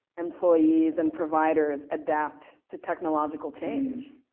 employees, and providers adapt to technological change?